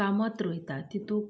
कामत रोंयतात तितून